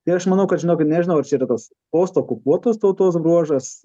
tai aš manau kad žinokit nežinau ar čia yra tas post okupuotos tautos bruožas